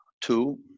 two